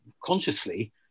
consciously